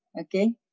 Okay